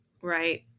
Right